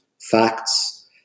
facts